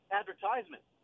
advertisement